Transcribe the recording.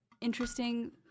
interesting